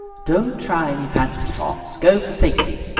don't try any fancy shots. go for safety.